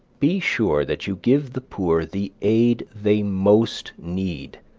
be sure that you give the poor the aid they most need,